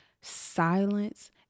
silence